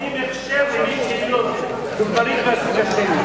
כאילו נותנים הכשר למי שהיא דוגמנית מהסוג השני.